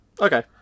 Okay